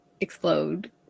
explode